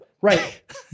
Right